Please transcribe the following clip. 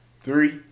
Three